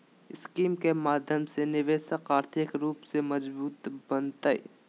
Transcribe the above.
scheme के माध्यम से निवेशक आर्थिक रूप से मजबूत बनतय